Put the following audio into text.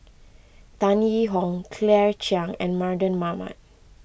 Tan Yee Hong Claire Chiang and Mardan Mamat